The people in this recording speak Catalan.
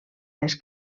les